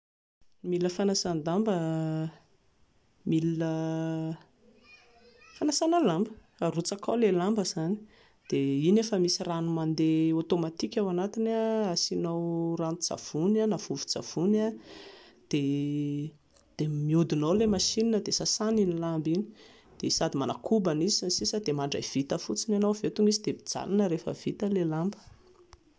Milina fanasan-damba, milina fanasana lamba, arotsaka ao ilay lamba izany dia iny efa misy rano mandeha automatique ao anatiny asianao ranon-tsavony na vovon-tsavony dia mihodina ao ilay machine dia sasany iny lamba iny dia sady manakobana izy sns dia mandray vita fotsiny ianao avy eo, tonga izy dia mijanona rehefa vita ilay lamba